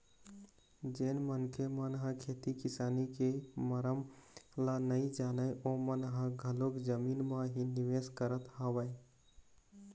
जेन मनखे मन ह खेती किसानी के मरम ल नइ जानय ओमन ह घलोक जमीन म ही निवेश करत हवय